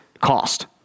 cost